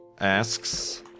asks